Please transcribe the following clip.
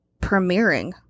premiering